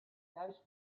juist